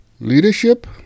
Leadership